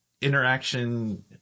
interaction